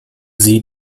sie